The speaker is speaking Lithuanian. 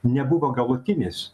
nebuvo galutinis